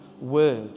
word